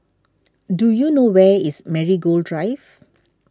do you know where is Marigold Drive